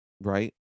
Right